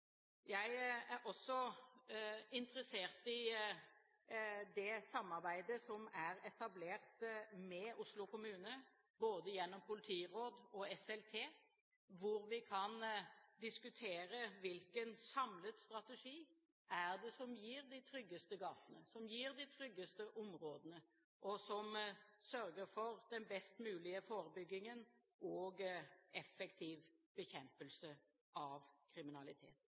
Jeg er også interessert i det samarbeidet som er etablert med Oslo kommune, både gjennom politiråd og SLT, hvor vi kan diskutere hvilken samlet strategi som gir de tryggeste gatene, de tryggeste områdene, og som sørger for den best mulige forebyggingen og effektiv bekjempelse av kriminalitet.